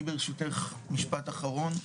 אני ברשותך משפט אחרון,